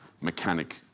mechanic